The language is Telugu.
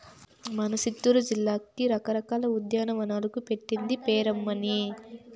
మన సిత్తూరు జిల్లా రకరకాల ఉద్యానవనాలకు పెట్టింది పేరమ్మన్నీ